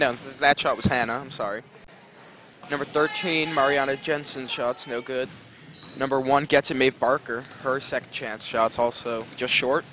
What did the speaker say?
now that's how it was hannah i'm sorry number thirteen marianna jensen shots no good number one gets i'm a parker her second chance shots also just short